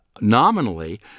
nominally